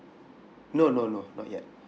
no no no not yet